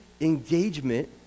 engagement